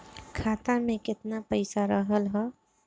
खाता में केतना पइसा रहल ह?